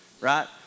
right